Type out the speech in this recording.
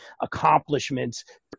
accomplishments